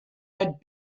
had